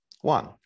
one